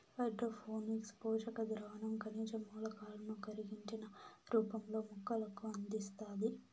hydroponics పోషక ద్రావణం ఖనిజ మూలకాలను కరిగించిన రూపంలో మొక్కలకు అందిస్తాది